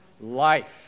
life